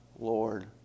Lord